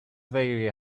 very